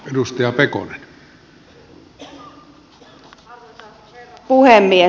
arvoisa herra puhemies